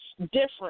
different